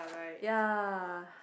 ya